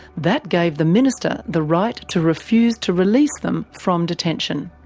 that gave the minister the right to refuse to release them from detention.